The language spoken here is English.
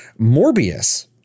Morbius